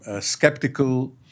skeptical